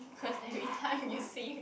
you curse everytime you see